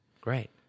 great